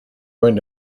going